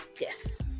Yes